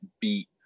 beat